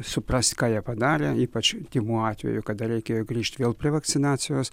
suprast ką jie padarė ypač tymų atveju kada reikėjo grįžt vėl prie vakcinacijos